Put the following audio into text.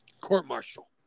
court-martial